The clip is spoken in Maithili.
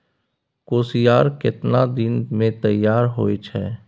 कोसियार केतना दिन मे तैयार हौय छै?